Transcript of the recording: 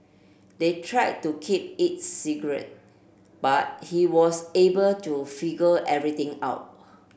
they tried to keep it secret but he was able to figure everything out